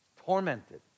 Tormented